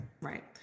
right